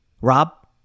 Rob